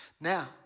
Now